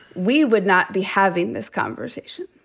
we would not be having this conversation.